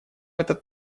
этот